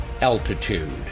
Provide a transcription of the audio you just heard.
altitude